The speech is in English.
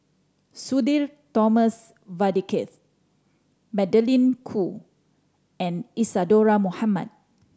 Sudhir Thomas Vadaketh Magdalene Khoo and Isadhora Mohamed